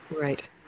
Right